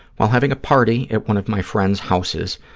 while having a party at one of my friend's houses,